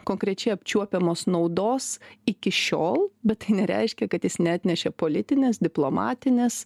konkrečiai apčiuopiamos naudos iki šiol bet tai nereiškia kad jis neatnešė politinės diplomatinės